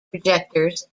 projectors